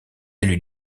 élu